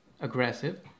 aggressive